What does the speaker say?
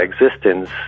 existence